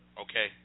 okay